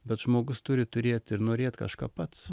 bet žmogus turi turėt ir norėt kažką pats